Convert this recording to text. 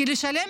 כי לשלם